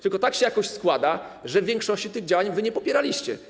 Tylko tak się jakoś składa, że większości tych działań nie popieraliście.